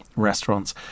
restaurants